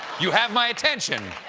you have my attention.